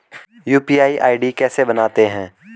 UPI ID कैसे बनाते हैं?